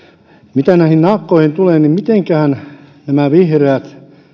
mitä näihin naakkoihin tulee niin mitenkähän vihreät